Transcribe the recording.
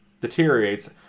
deteriorates